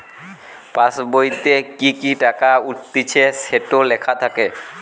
পাসবোইতে কি কি টাকা উঠতিছে সেটো লেখা থাকে